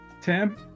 Tim